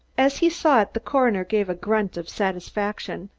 as he saw it the coroner gave a grunt of satisfaction.